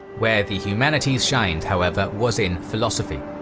where the humanities shined, however, was in philosophy.